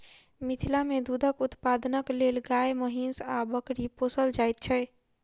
मिथिला मे दूधक उत्पादनक लेल गाय, महीँस आ बकरी पोसल जाइत छै